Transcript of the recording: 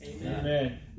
Amen